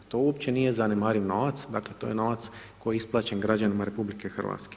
To uopće nije zanemariv novac, dakle to je novac koji je isplaćen građanima RH.